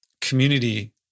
community